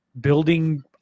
building